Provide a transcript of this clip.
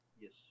yes